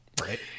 right